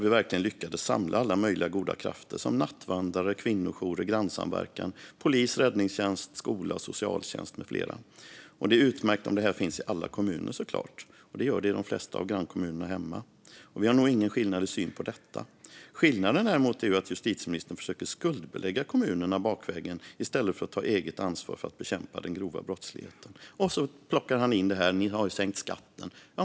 Vi lyckades verkligen samla alla möjliga goda krafter, som nattvandrare, kvinnojourer, grannsamverkan, polis, räddningstjänst, skola, socialtjänst med flera. Det är såklart utmärkt om det här finns i alla kommuner, och det gör det i de flesta av grannkommunerna hemma. Det råder nog ingen skillnad mellan Morgan Johansson och mig i synen på detta. Skillnaden är att justitieministern försöker att skuldbelägga kommunerna bakvägen i stället för att ta eget ansvar för att bekämpa den grova brottsligheten. Han plockar också in att vi har sänkt skatten.